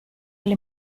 alle